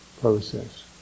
process